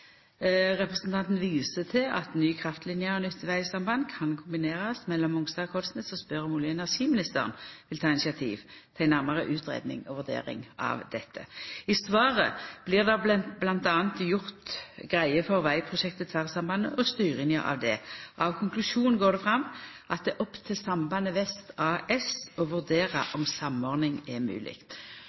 Representanten viser til at ny kraftline og nytt vegsamband kan kombinerast mellom Mongstad og Kollsnes, og spør om olje- og energiministeren vil ta initiativ til ei nærare utgreiing og vurdering av dette. I svaret blir det m.a. gjort greie for vegprosjektet Tverrsambandet og styringa av det. Av konklusjonen går det fram at det er opp til Sambandet Vest AS å vurdera om samordning er